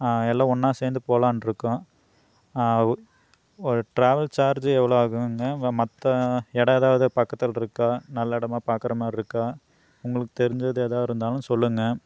எல்லாம் ஒன்றா சேர்ந்து போலாம்ன்ருக்கோம் ஓ ஒரு டிராவல் சார்ஜ் எவ்வளோ ஆகுதுங்க வ மற்ற இடம் எதாவது பக்கத்துலிருக்கா நல்ல இடமா பார்க்கற மாரிருக்கா உங்குளுக்கு தெரிஞ்சது எதாது இருந்தாலும் சொல்லுங்க